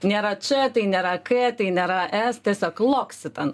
nėra č tai nėra k tai nėra s tiesiog loccitane